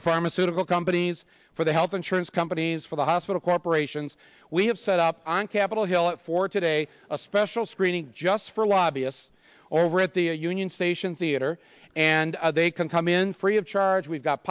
the pharmaceutical companies for the health insurance companies for the hospital cooperate actions we have set up on capitol hill for today a special screening just for lobbyists over at the a union station theater and they can come in free of charge we've got